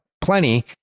plenty